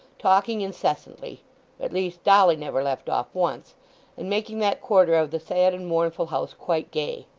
talking incessantly at least, dolly never left off once and making that quarter of the sad and mournful house quite gay.